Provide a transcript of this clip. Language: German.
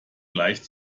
leicht